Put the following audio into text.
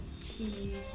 key